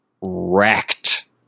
wrecked